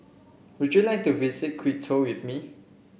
would you like to visit Quito with me